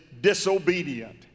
disobedient